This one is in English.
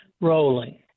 rolling